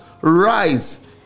rise